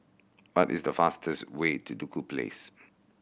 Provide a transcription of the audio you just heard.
what is the fastest way to Duku Place